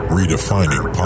Redefining